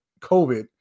COVID